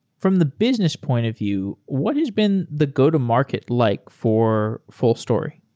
from the business point of view, what has been the go-to-market like for fullstory?